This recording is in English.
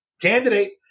candidate